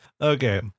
Okay